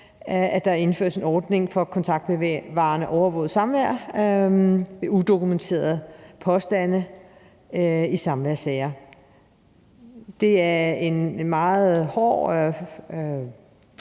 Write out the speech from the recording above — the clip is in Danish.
at der indføres en ordning for kontaktbevarende overvåget samvær ved udokumenterede påstande i samværssager. Det er en meget hård